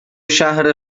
شهر